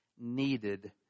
needed